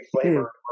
flavor